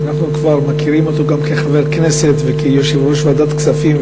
אנחנו כבר מכירים אותו גם כחבר הכנסת וכיושב-ראש ועדת הכספים,